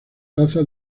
plaza